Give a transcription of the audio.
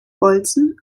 bolzen